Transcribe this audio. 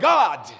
God